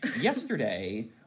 Yesterday